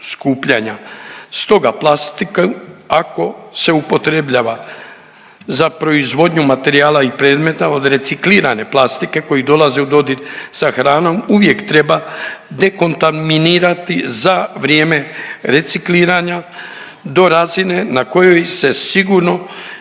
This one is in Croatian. Stoga, plastika ako se upotrebljava za proizvodnju materijala i predmeta od reciklirane plastike koji dolaze u dodir s hranom uvijek treba dekontaminirati za vrijeme recikliranja do razine na kojoj se sigurno,